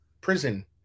prison